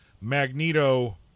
Magneto